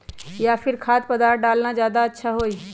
या फिर खाद्य पदार्थ डालना ज्यादा अच्छा होई?